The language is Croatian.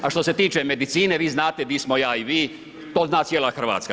A što se tiče medicine vi znate gdje smo ja i vi, to zna cijela Hrvatska.